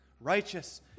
righteous